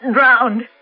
Drowned